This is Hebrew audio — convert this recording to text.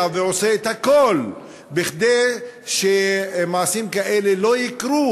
ועושה את הכול כדי שמעשים כאלה לא יקרו?